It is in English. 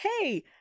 hey